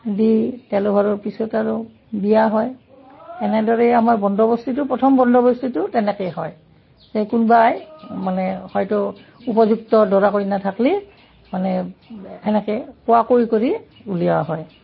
দি তেলৰ ভাৰৰ পিছত আৰু বিয়া হয় এনেদৰে আমাৰ বন্দবস্তিটো প্ৰথম বন্দবস্তিটো তেনেকে হয় যে কোনবাই মানে হয়তো উপযুক্ত দৰা কইনা থাকলি মানে সেনেকে কোৱা কুই কৰি উলিওৱা হয়